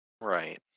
Right